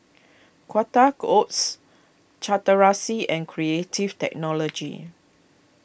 Quaker Oats Chateraise and Creative Technology